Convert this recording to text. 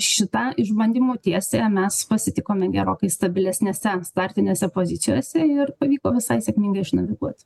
šitą išbandymų tiesiąją mes pasitikome gerokai stabilesnėse startinėse pozicijose ir pavyko visai sėkmingai išnaviguot